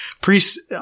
priests